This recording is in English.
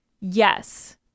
yes